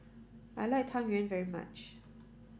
I like Tang Yuen very much